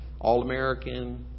All-American